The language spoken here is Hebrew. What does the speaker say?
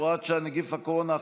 הוראת שעה,